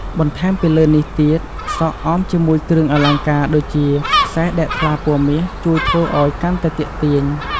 បន្តែមពីលើនេះទៀតសក់អមជាមួយគ្រឿងអលង្ការដូចជាខ្សែរដែកថ្លាពណ៌មាសជួយធ្វើឲ្យកាន់តែទាក់ទាញ។